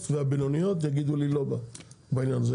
והבינוניות יגידו לי לא בעניין הזה.